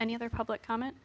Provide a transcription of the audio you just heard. any other public comment